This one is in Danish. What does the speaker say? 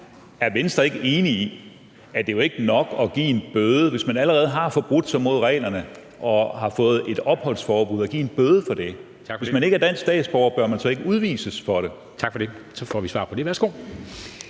Er Venstre ikke enig i, at det jo ikke er nok at give en bøde, hvis man allerede har forbrudt sig mod reglerne og har fået et opholdsforbud – at give en bøde for det? Hvis man ikke er dansk statsborger, bør man så ikke udvises for det? Kl. 10:19 Formanden (Henrik